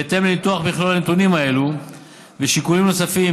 בהתאם לניתוח מכלול הנתונים הללו ושיקולים נוספים,